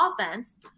offense